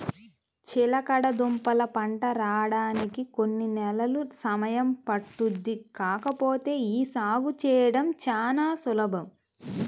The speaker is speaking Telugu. చిలకడదుంపల పంట రాడానికి కొన్ని నెలలు సమయం పట్టుద్ది కాకపోతే యీ సాగు చేయడం చానా సులభం